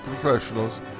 professionals